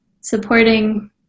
supporting